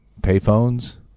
Payphones